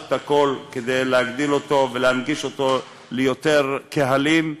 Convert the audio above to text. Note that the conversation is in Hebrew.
הכול כדי להגדיל ולהנגיש ליותר קהלים.